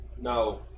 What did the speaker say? No